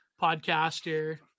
podcaster